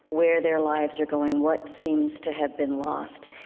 where their lives are going, what seems to have been lost,